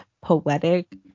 poetic